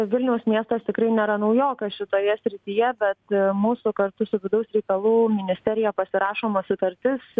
vilniaus miestas tikrai nėra naujokas šitoje srityje bet mūsų kartu su vidaus reikalų ministerija pasirašoma sutartis